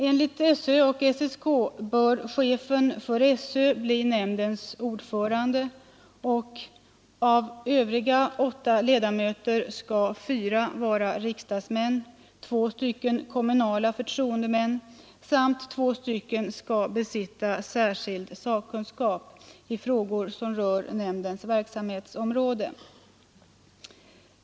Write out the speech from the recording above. Enligt skolöverstyrelsen och SSK bör chefen för SÖ bli nämndens ordförande, och av övriga åtta ledamöter skall fyra vara riksdagsmän, två kommunala förtroendemän och två besitta särskild sakkunskap i frågor som rör nämndens verksamhetsområde.